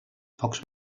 pocs